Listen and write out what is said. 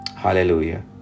Hallelujah